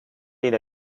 did